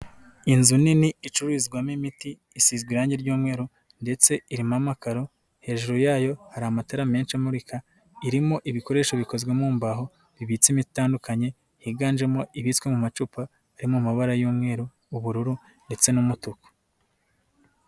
Inzu nini icururizwamo imiti isizwe irange ry'umweru ndetse irimo amakaro, hejuru yayo hari amatara menshi amurika irimo ibikoresho bikozwe mu mbaho, bibitse imiti itandukanye higanjemo ibitswe mu macupa iri mu mabara y'umweru, ubururu ndetse n'umutuku.